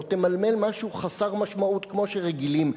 או תמלמל משהו חסר משמעות כמו שרגילים,